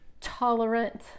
tolerant